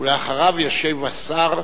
אחריו ישיב השר.